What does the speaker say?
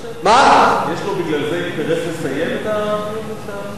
יש לו בגלל זה אינטרס לסיים את זה?